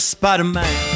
Spider-Man